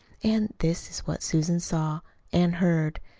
and this is what susan saw and heard.